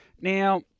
now